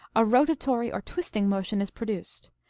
a rotatory or twisting motion is produced.